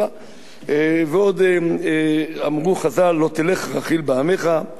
ועוד אמרו חז"ל: "לא תלך רכיל בעמך" תקשיבו,